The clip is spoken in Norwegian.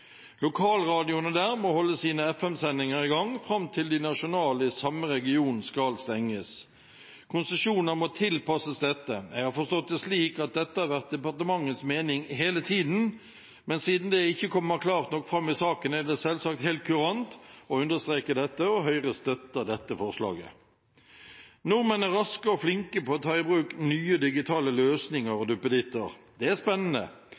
Lokalradioene der må få holde sine FM-sendinger i gang fram til de nasjonale i samme regionen skal stenges. Konsesjoner må tilpasses dette. Jeg har forstått det slik at dette har vært departementets mening hele tiden, men siden det ikke kommer klart nok fram i saken, er det selvsagt helt kurant å understreke dette. Høyre støtter dette forslaget. Nordmenn er raske og flinke til å ta i bruk nye digitale løsninger og duppeditter. Det er spennende.